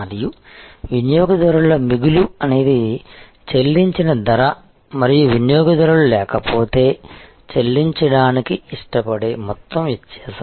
మరియు వినియోగదారుల మిగులు అనేది చెల్లించిన ధర మరియు వినియోగదారులు లేకపోతే చెల్లించడానికి ఇష్టపడే మొత్తం మధ్య వ్యత్యాసం